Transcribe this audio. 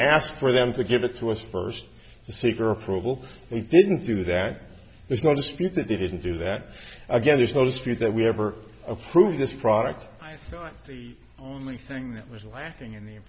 ask for them to give it to us first to seek her approval he didn't do that there's no dispute that they didn't do that again there's no street that we have or approve this product the only thing that was lacking in the